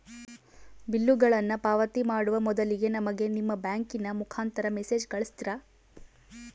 ಬಿಲ್ಲುಗಳನ್ನ ಪಾವತಿ ಮಾಡುವ ಮೊದಲಿಗೆ ನಮಗೆ ನಿಮ್ಮ ಬ್ಯಾಂಕಿನ ಮುಖಾಂತರ ಮೆಸೇಜ್ ಕಳಿಸ್ತಿರಾ?